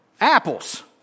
apples